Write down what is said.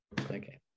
Okay